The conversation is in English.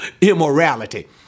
immorality